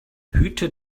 hüte